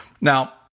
Now